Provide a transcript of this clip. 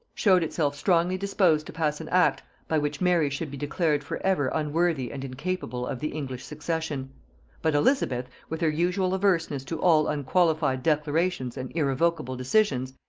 showed itself strongly disposed to pass an act by which mary should be declared for ever unworthy and incapable of the english succession but elizabeth, with her usual averseness to all unqualified declarations and irrevocable decisions,